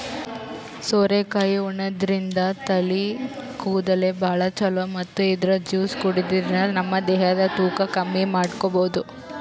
ಸೋರೆಕಾಯಿ ಉಣಾದ್ರಿನ್ದ ತಲಿ ಕೂದಲ್ಗ್ ಭಾಳ್ ಛಲೋ ಮತ್ತ್ ಇದ್ರ್ ಜ್ಯೂಸ್ ಕುಡ್ಯಾದ್ರಿನ್ದ ನಮ ದೇಹದ್ ತೂಕ ಕಮ್ಮಿ ಮಾಡ್ಕೊಬಹುದ್